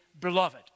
beloved